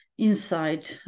inside